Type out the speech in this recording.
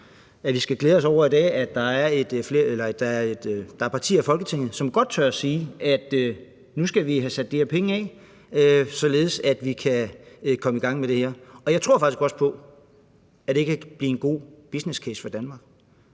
at vi skal glæde os over i dag, at der er partier i Folketinget, som godt tør sige, at vi nu skal have sat de her penge af, således at vi kan komme i gang med det her, og jeg tror faktisk også på, at det kan blive en god businesscase for Danmark.